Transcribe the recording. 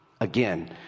Again